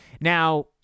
Now